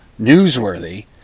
newsworthy